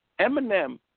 Eminem